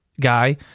guy